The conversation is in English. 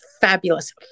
fabulous